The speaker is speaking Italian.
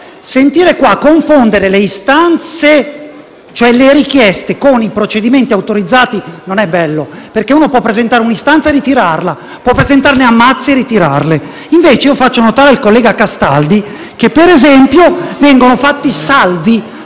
sede confondere le istanze e cioè le richieste, con i procedimenti autorizzati non è bello: uno può presentare un'istanza e ritirarla; può presentarne a mazzi e ritirarle. Faccio, invece, notare al collega Castaldi che - per esempio - vengono fatti salvi